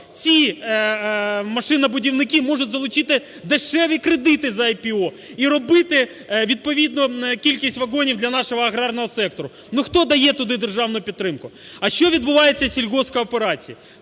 ці машинобудівники можуть залучити дешеві кредити з IPO і робити відповідно кількість вагонів для нашого агарного сектору. Ну, хто дає туди державну підтримку? А що відбувається із сільгоспкооперацією?